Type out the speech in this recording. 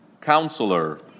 Counselor